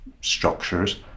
structures